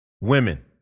women